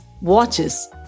watches